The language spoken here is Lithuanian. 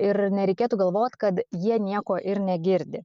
ir nereikėtų galvot kad jie nieko ir negirdi